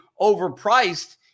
overpriced